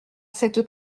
cette